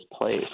place